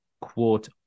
quote